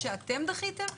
מרכז השלטון המקומי רוזט ברמן